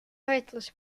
titles